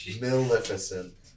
Maleficent